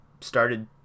started